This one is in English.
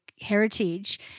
heritage